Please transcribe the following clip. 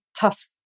tough